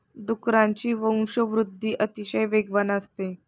डुकरांची वंशवृद्धि अतिशय वेगवान असते